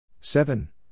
Seven